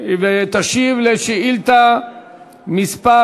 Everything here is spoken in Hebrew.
ותשיב על שאילתה מס'